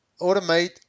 automate